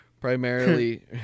Primarily